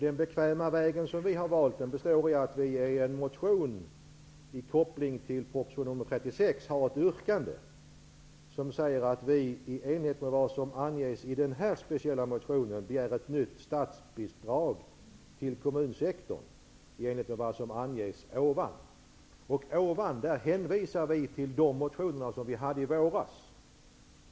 Den bekväma väg som vi har valt består i att vi i en motion i koppling till proposition nr 36 har ett yrkande som säger att vi hänvisar vi till de motioner vi väckte i våras.